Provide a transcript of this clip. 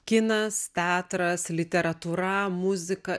kinas teatras literatūra muzika